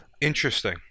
Interesting